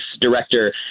director